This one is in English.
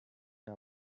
her